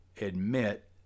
admit